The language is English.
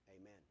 amen